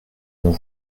mon